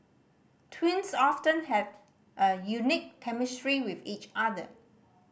twins often have a unique chemistry with each other